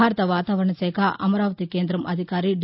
భారత వాతావరణ శాఖ అమరావతి కేందం అధికారి డి